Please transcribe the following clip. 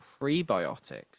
prebiotics